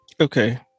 okay